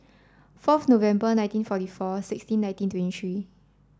fourth November nineteen forty four sixteen nineteen twenty three